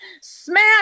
Smash